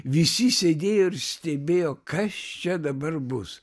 visi sėdėjo ir stebėjo kas čia dabar bus